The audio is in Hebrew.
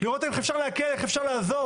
לראות איך אפשר להקל, איך אפשר לעזור.